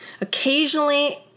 Occasionally